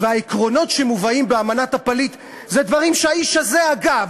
והעקרונות שמובאים באמנת הפליט הם דברים שהאיש הזה הגה,